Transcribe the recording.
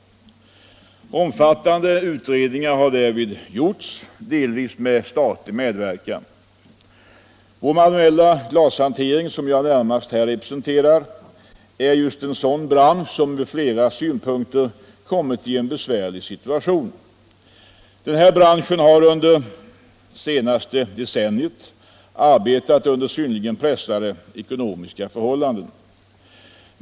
Omfattande utredningar har gjorts om detta, delvis med statlig medverkan. Vår manuella glasindustri, som jag närmast representerar, är en sådan bransch som kommit i en från flera synpunkter besvärlig situation. Branschen har under det senaste decenniet arbetat under synnerligen pressade ekonomiska förhållanden.